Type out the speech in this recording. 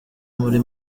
muri